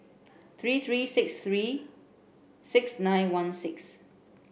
three three six three six nine one six